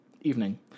evening